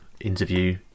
interview